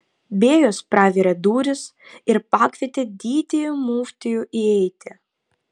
bėjus pravėrė duris ir pakvietė didįjį muftijų įeiti